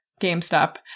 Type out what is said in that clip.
GameStop